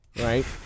right